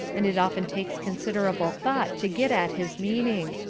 and it often takes considerable thought to get at his meaning,